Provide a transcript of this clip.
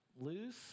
loose